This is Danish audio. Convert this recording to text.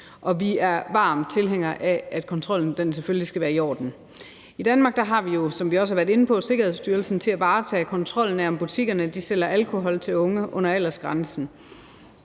vi er varme tilhængere af, at kontrollen selvfølgelig skal være i orden. I Danmark har vi jo, som vi også har været inde på, Sikkerhedsstyrelsen til at varetage kontrollen af, om butikkerne sælger alkohol til unge under aldersgrænsen,